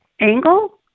angle